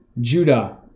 Judah